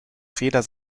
feder